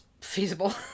feasible